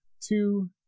two